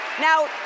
Now